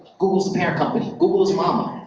google is the parent company. google is mom.